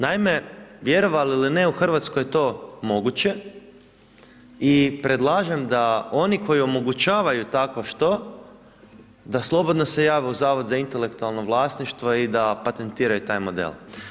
Naime, vjerovali ili ne, u Hrvatskoj je to moguće i predlažem da oni koji omogućavaju takvo što, da slobodno se jave u Zavod za intelektualno vlasništvo i da patentiraju taj model.